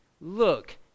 Look